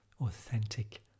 authentic